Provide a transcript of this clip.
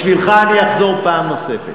בשבילך אני אחזור פעם נוספת.